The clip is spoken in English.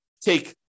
Take